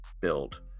build